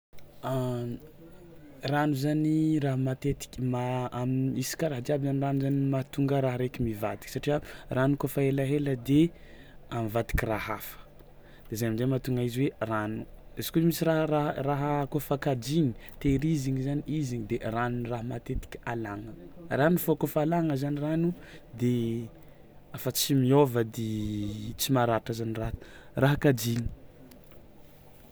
Rano zany raha matetiky ma- am- isaka raha jiaby zany rano zany mahatonga raha raiky mivadiky satria rano kaofa elaela de a mivadiky raha hafa de zay amin-jay mahatogna izy hoe rano, izy kôa misy raha raha raha kaofa kajiagny tehirizigny zany iziny de rano raha matetiky alàgna, rano fao kaofa alàgna zany rano de afa tsy miôva zany de tsy maratra zany raha raha kajiany.